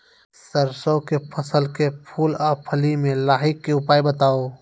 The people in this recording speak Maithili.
सरसों के फसल के फूल आ फली मे लाहीक के उपाय बताऊ?